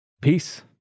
Peace